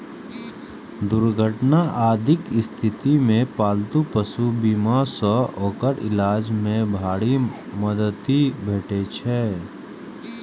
दुर्घटना आदिक स्थिति मे पालतू पशु बीमा सं ओकर इलाज मे भारी मदति भेटै छै